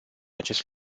acest